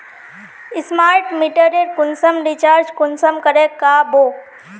Smart मीटरेर कुंसम recharge कुंसम करे का बो?